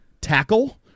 tackle